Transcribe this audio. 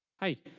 hi.